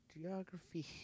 geography